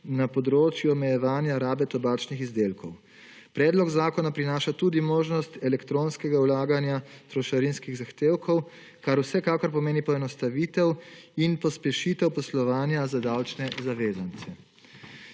omejevanja rabe tobačnih izdelkov. Predlog zakona prinaša tudi možnost elektronskega vlaganja trošarinskih zahtevkov, kar vsekakor pomeni poenostavitev in pospešitev poslovanja za davčne zavezance.